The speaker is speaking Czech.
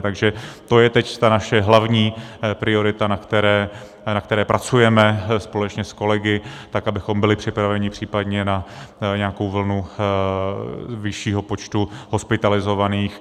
Takže to je teď ta naše hlavní priorita, na které pracujeme společně s kolegy, tak abychom byli připraveni případně na nějakou vlnu vyššího počtu hospitalizovaných.